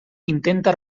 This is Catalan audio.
intenta